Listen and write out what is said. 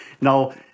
Now